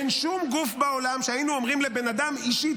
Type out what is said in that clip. אין שום גוף בעולם שהיינו אומרים לבן אדם אישית,